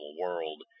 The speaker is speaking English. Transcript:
world